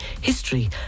history